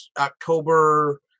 October